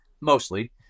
mostly